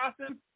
Austin